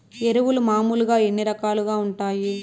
ఎరువులు మామూలుగా ఎన్ని రకాలుగా వుంటాయి?